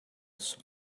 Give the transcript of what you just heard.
suk